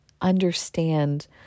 understand